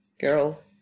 girl